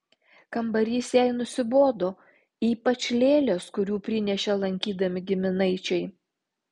kambarys jai nusibodo ypač lėlės kurių prinešė lankydami giminaičiai